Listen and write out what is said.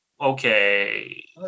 Okay